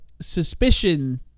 suspicion